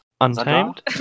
Untamed